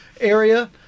area